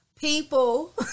people